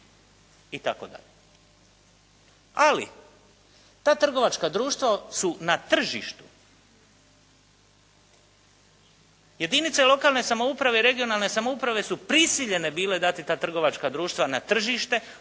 itd. Ali ta trgovačka društva su na tržištu jedinice lokalne samouprave, regionalne samouprave su prisiljene bile dati ta trgovačka društva na tržište